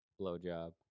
blowjob